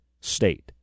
state